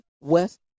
west